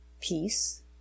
Peace